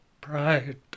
pride